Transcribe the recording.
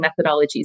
methodologies